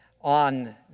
on